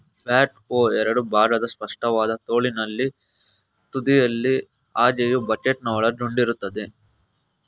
back ಹೋ ಎರಡು ಭಾಗದ ಸ್ಪಷ್ಟವಾದ ತೋಳಿನ ತುದಿಯಲ್ಲಿ ಅಗೆಯೋ ಬಕೆಟ್ನ ಒಳಗೊಂಡಿರ್ತದೆ